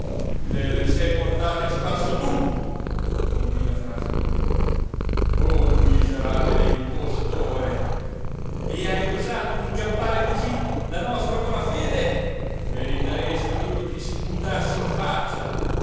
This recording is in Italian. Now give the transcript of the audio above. te le sei portate a spasso tu compí la frase il bellone oh miserabile impostore e hai osato di gabbare cosí la nostra buona fede meriteresti ch'io ti sputassi in faccia